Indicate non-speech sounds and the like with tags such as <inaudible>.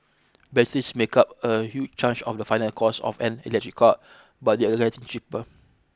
batteries make up a huge <unintelligible> of the final cost of an electric car but they are getting cheaper